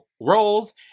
roles